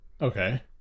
Okay